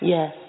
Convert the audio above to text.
Yes